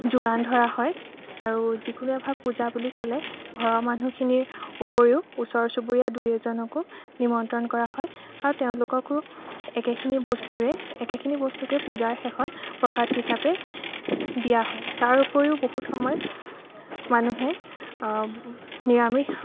যোগান ধৰা হয় আৰু যিকোনো এভাগ পূজা বুলি ক'লে ঘৰৰ মানুহখিনিৰ উপৰিও ওচৰ চুবুৰীয়া দুই এজনকো নিমন্ত্ৰণ কৰা হয় আৰু তেওঁলোককো একেখিনি বস্তুৰে একেখিনি বস্তুকে পূজাৰ শেষত প্ৰসাদ হিচাপে দিয়া হয় তাৰ উপৰিও বহুত সময়ত মানুহে নিৰামিষ